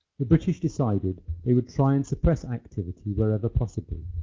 the british decided they would try and suppress activity wherever possible,